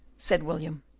said william.